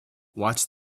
watch